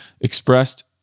expressed